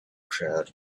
crowd